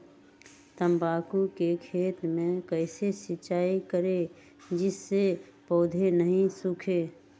तम्बाकू के खेत मे कैसे सिंचाई करें जिस से पौधा नहीं सूखे?